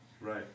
Right